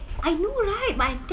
they say eh you so mini